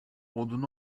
odun